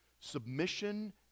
Submission